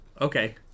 Okay